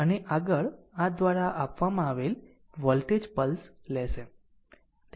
અને આગળ આ દ્વારા આપવામાં આવેલ વોલ્ટેજ પલ્સ લેશે